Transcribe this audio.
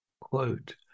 Quote